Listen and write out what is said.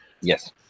Yes